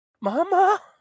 Mama